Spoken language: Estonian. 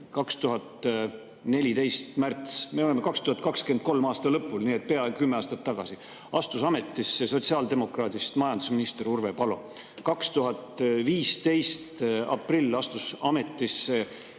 aasta märtsis – me oleme 2023. aasta lõpul, nii et peaaegu kümme aastat tagasi – astus ametisse sotsiaaldemokraadist majandusminister Urve Palo. 2015. aasta aprillis astus ametisse